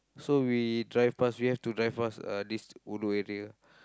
so we drive past we have to drive past uh this ulu area